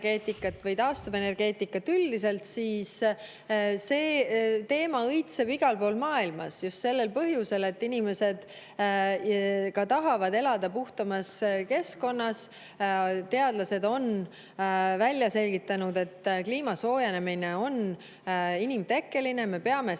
või taastuvenergeetikat üldiselt, siis see teema õitseb igal pool maailmas just sellel põhjusel, et inimesed tahavad elada puhtamas keskkonnas. Teadlased on välja selgitanud, et kliima soojenemine on inimtekkeline, me peame seda